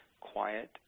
quiet